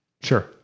Sure